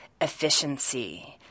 efficiency